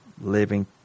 living